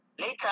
Later